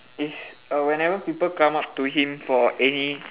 is err whenever people come up to him for any